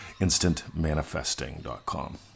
InstantManifesting.com